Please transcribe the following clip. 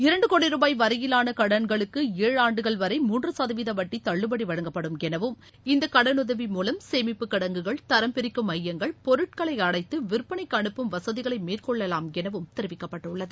இரண்டு கோடி ருபாய் வரையிலான கடன்களுக்கு ஏழு ஆண்டுகள் வரை மூன்று சதவீத வட்டி தள்ளுபடி வழங்கப்படும் எனவும் இந்தக் கடனுதவி மூலம் சேமிப்புக் கிடங்குகள் தரம் பிரிக்கும் எமயங்கள் பொருட்களை மேற்கொள்ளலாம் எனவும் தெரிவிக்கப்பட்டுள்ளது